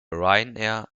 ryanair